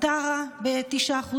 טרה ב-9%.